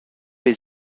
les